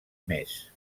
més